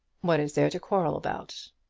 what is there to quarrel about?